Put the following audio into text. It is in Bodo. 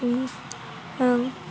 ओं ओं